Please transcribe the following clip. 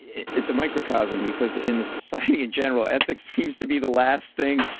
it's a microcosm because in society in general, ethics seems to be the last thing.